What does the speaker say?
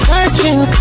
Searching